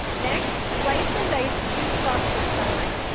next, slice and dice two stalks of celery.